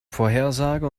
vorhersage